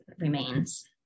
remains